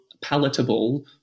palatable